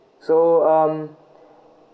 so um